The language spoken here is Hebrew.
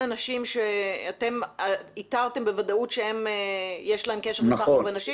נשים שאתם איתרתם בוודאות שיש להן קשר לסחר בנשים?